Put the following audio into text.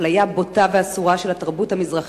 אפליה בוטה ואסורה של התרבות המזרחית,